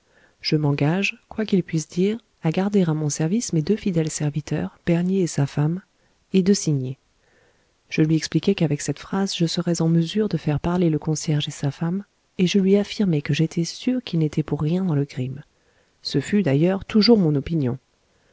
je m'engage quoi qu'ils puissent dire à garder à mon service mes deux fidèles serviteurs bernier et sa femme et de signer je lui expliquai qu'avec cette phrase je serais en mesure de faire parler le concierge et sa femme et je lui affirmai que j'étais sûr qu'ils n'étaient pour rien dans le crime ce fut d'ailleurs toujours mon opinion